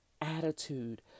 attitude